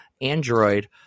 android